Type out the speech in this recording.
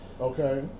okay